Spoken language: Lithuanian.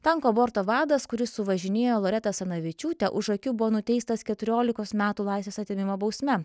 tanko borto vadas kuris suvažinėjo loretą asanavičiūtę už akių buvo nuteistas keturiolikos metų laisvės atėmimo bausme